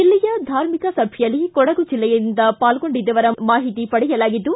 ದಿಲ್ಲಿಯ ಧಾರ್ಮಿಕ ಸಭೆಯಲ್ಲಿ ಕೊಡಗು ಜಲ್ಲೆಯಿಂದ ಪಾಲ್ಗೊಂಡಿದ್ದವರ ಮಾಹಿತಿ ಪಡೆಯಲಾಗಿದ್ದು